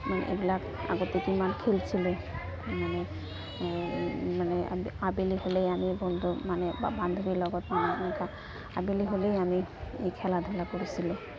মানে এইবিলাক আগতে কিমান খেলছিলোঁ মানে এই মানে আবেলি হ'লেই আমি বন্ধু মানে বান্ধৱীৰ লগত মান এই আবেলি হ'লেই আমি এই খেলা ধূলা কৰিছিলোঁ